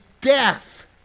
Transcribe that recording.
death